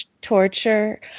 Torture